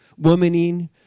Womaning